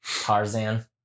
Tarzan